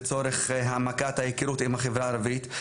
לצורך העמקת ההיכרות עם החברה הערבית.